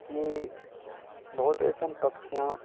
की बहुत ऐसे पक्षियाँ